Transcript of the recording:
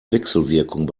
wechselwirkung